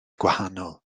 gwahanol